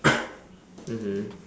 mmhmm